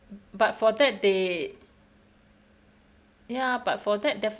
but for that they ya but for that